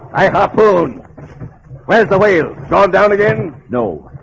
i apone where's the whale gone down again? no,